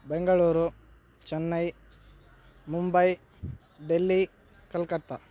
Bengaluru Chennai Mumbai Delhi Calcutta